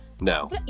No